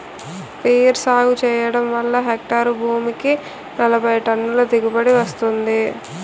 peer సాగు చెయ్యడం వల్ల హెక్టారు భూమికి నలబైటన్నుల దిగుబడీ వస్తుంది